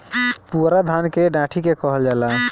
पुअरा धान के डाठी के कहल जाला